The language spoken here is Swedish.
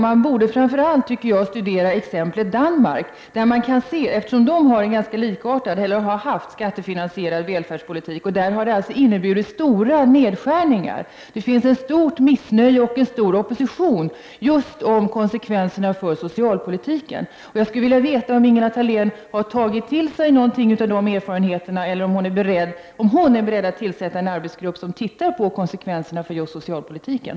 Man borde framför allt studera exemplet Danmark, tycker jag, eftersom man där har, eller har haft, en ganska likartad skattefinansierad välfärdspolitik. Där har det alltså inneburit stora nedskärningar. Där finns ett stort missnöje och en stor opposition just när det gäller konsekvenserna för socialpolitiken. Jag skulle vilja veta om Ingela Thalén har tagit till sig någonting av de erfarenhe terna eller om hon är beredd att tillsätta en arbetsgrupp som tittar på konsekvenserna för just socialpolitiken.